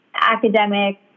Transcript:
academic